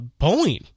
Boeing